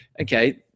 okay